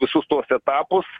visus tuos etapus